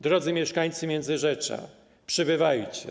Drodzy mieszkańcy Międzyrzecza, przybywajcie.